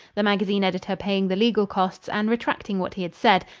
the magazine editor paying the legal costs and retracting what he had said,